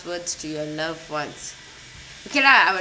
words to your loved ones okay lah I'll